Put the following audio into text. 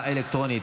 אלקטרונית.